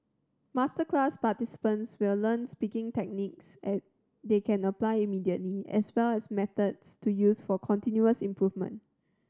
masterclass participants will learn speaking techniques and they can apply immediately as well as methods to use for continuous improvement